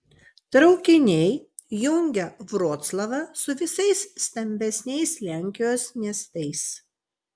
traukiniai jungia vroclavą su visais stambesniais lenkijos miestais